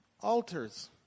altars